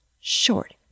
short